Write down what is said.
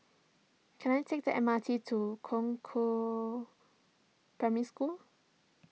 can I take the M R T to Concord Primary School